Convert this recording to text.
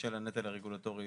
בשל הנטל הרגולטורי